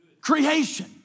Creation